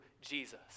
Jesus